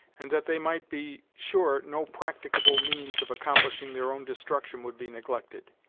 and that they might be sure no practicable means of accomplishing their own destruction would be neglected.